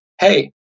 hey